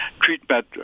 treatment